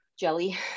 jelly